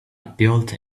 built